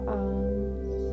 arms